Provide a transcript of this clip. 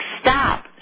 stop